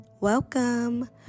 welcome